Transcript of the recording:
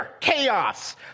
chaos